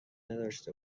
نداشته